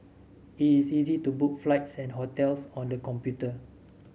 it is easy to book flights and hotels on the computer